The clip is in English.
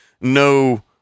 no